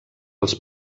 els